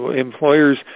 Employers